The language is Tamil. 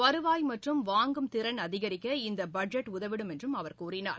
வருவாய் மற்றும் வாங்கும் திறன் அதிகரிக்க இந்த பட்ஜெட் உதவிடும் என்றும் அவர் கூறினார்